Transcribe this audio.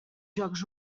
jocs